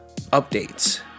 updates